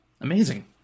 Amazing